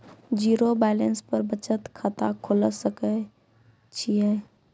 Zero balance पर बचत खाता खोले सकय छियै?